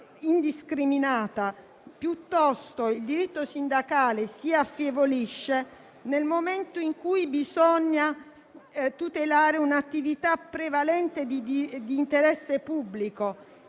indiscriminata: piuttosto, si affievolisce nel momento in cui bisogna tutelare un'attività prevalente di interesse pubblico,